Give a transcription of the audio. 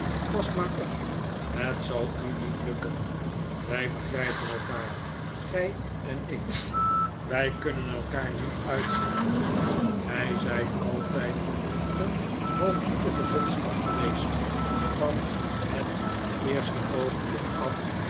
pas maar op het zal u niet lukken wij begrijpen elkaar gij en ik wij kunnen elkaar niet uitstaan gij zijt altijd een hoogmoedige zotskap geweest van het eerste oogenblik af